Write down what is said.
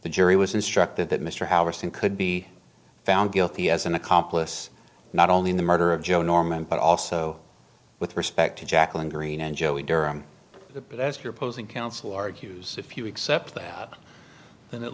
the jury was instructed that mr howard stern could be found guilty as an accomplice not only in the murder of joe norman but also with respect to jacqueline greene and joey durham as you're posing counsel argues if you accept that